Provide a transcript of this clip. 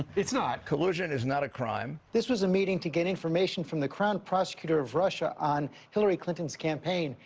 it's not. collusion is not a crime. this was a meeting to get information from the crown prosecutor of russia on hillary clinton's campaign.